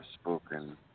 spoken